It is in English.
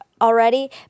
already